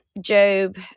Job